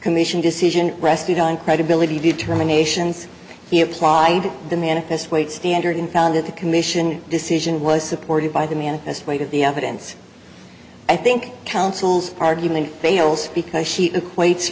commission decision rested on credibility determinations he applied the manifest weight standard and found that the commission decision was supported by the manifest weight of the evidence i think counsel's argument fails because she equates